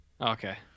Okay